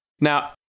Now